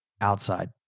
outside